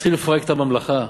צריך לפרק את הממלכה.